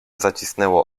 zacisnęło